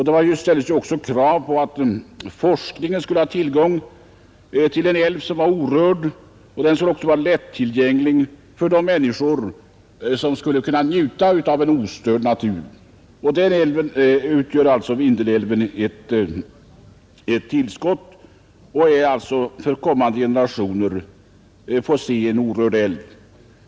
Det ställdes också krav på att forskningen skulle ha tillgång till en älv som var orörd. Vidare var det ett intresse att den skulle vara lättillgänglig för de människor som ville njuta av en ostörd natur. I dessa avseenden utgör Vindelälven ett värdefullt tillskott och innebär att kommande generationer får se en orörd älv.